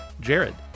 Jared